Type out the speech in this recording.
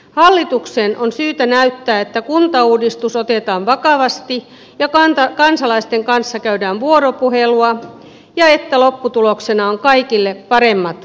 hallituksen on syytä näyttää että kuntauudistus otetaan vakavasti ja kansalaisten kanssa käydään vuoropuhelua ja että lopputuloksena ovat kaikille paremmat palvelut